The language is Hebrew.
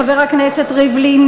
חבר הכנסת ריבלין,